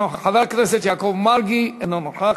אינו נוכח, חבר הכנסת יעקב מרגי, אינו נוכח.